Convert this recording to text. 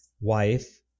wife